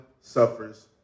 suffers